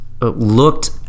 looked